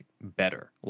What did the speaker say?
better